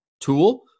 tool